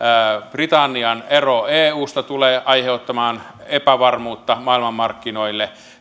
britannian ero eusta tulee aiheuttamaan epävarmuutta maailmanmarkkinoille